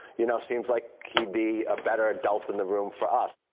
you know, seems like he'd be a better adult in the room for us.